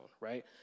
right